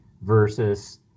versus